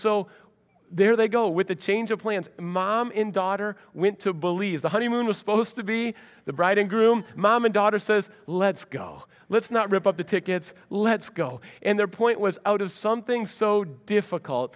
so there they go with the change of plans mom in daughter went to billy's the honeymoon was supposed to be the bride and groom mom and daughter says let's go let's not rip up the tickets let's go and their point was out of something so difficult